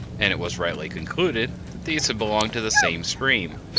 and it was rightly concluded that these had belonged to the same stream,